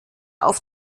auf